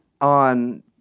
on